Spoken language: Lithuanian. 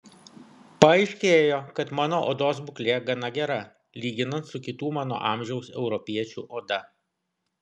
paaiškėjo kad mano odos būklė gana gera lyginant su kitų mano amžiaus europiečių oda